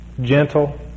gentle